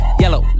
yellow